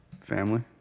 family